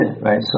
right